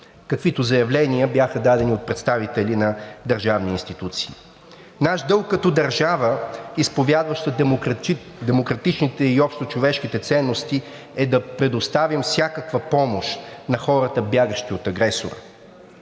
каквито заявления бяха дадени от представители на държавни институции. Наш дълг като държава, изповядваща демократичните и общочовешките ценности, е да предоставим всякаква помощ на хората, бягащи от агресора.